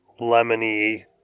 lemony